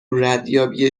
ردیابی